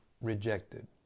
rejected